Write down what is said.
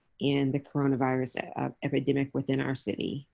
in the coronavirus ah epidemic within our city.